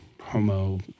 homo